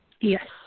Yes